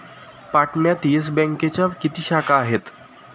पाटण्यात येस बँकेच्या किती शाखा आहेत?